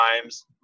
times